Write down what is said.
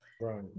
Right